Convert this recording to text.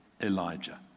Elijah